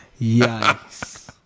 Yikes